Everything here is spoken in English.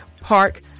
Park